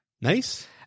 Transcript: nice